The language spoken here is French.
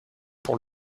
pour